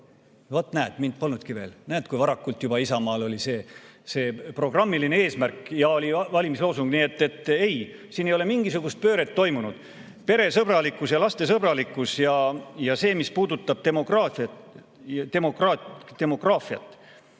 Vaat näed, mind polnudki veel. Näed, kui varakult juba Isamaal oli see programmiline eesmärk ja oli valimisloosung. Nii et ei, siin ei ole mingisugust pööret toimunud. Peresõbralikkus ja lastesõbralikkus, ja mis puudutab demograafiat